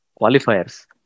qualifiers